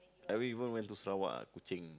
I went even went to Sarawak Kuching